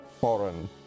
foreign